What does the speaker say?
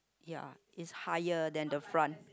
ya is higher than the front